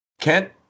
Kent